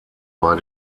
bei